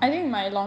like !aww! man